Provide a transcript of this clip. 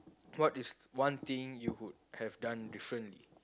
what is one thing you would have done differently